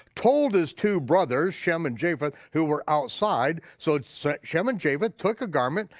told his two brothers shem and japheth who were outside. so so shem and japheth took a garment,